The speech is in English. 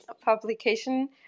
publication